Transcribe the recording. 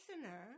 listener